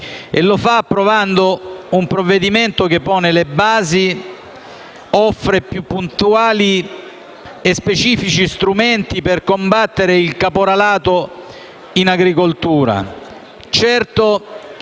E lo fa approvando un provvedimento che pone le basi ed offre più puntuali e specifici strumenti per combattere il caporalato in agricoltura.